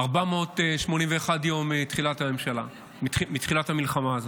481 יום מתחילת המלחמה הזאת.